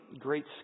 great